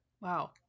wow